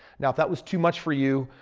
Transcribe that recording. now, if that was too much for you,